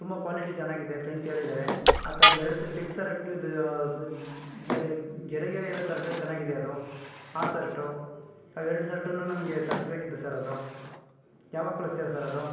ತುಂಬ ಕ್ವಾಲಿಟಿ ಚೆನ್ನಾಗಿದೆ ಫ್ರೆಂಡ್ಸ್ ಹೇಳಿದಾರೆ ಆ ಥರದ್ದು ಎರಡು ಸ ಚೆಕ್ ಸರ್ಟ್ ವಿದ್ ಗೆರೆ ಗೆರೆ ಇರೋ ಸರ್ಟು ಚೆನ್ನಾಗಿದೆ ಅದು ಆ ಸರ್ಟು ಅವೆರಡು ಸರ್ಟನ್ನು ನಮಗೆ ಸರ್ಟ್ ಬೇಕಿತ್ತು ಸರ್ ಅದು ಯಾವಾಗ ಕಳಿಸ್ತೀರಾ ಸರ್ ಅದು